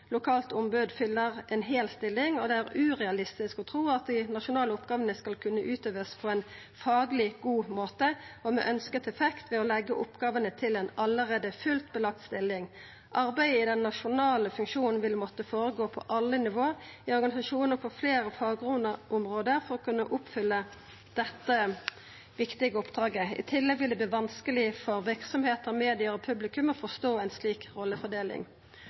lokalt ombud fyller en hel stilling, og det er urealistisk å tro at de nasjonale oppgavene skal kunne utøves på en faglig god måte og med ønsket effekt ved å legge oppgavene til en allerede fullt belagt stilling. Arbeidet i den nasjonale funksjonen vil måtte foregå på alle nivåer i organisasjonen og på flere fagområder for å kunne oppfylle dette viktige oppdraget. I tillegg vil det bli vanskelig for virksomheter, medier og publikum å forstå en slik rollefordeling.»